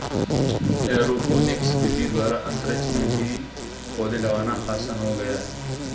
aeroponics विधि द्वारा अंतरिक्ष में भी पौधे लगाना आसान हो गया है